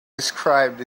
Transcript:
described